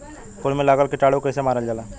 फूल में लगल कीटाणु के कैसे मारल जाला?